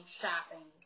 shopping